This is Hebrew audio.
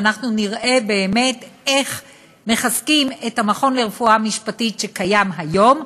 ואנחנו נראה באמת איך מחזקים את המכון לרפואה משפטית שקיים היום,